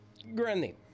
Granny